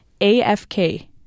AFK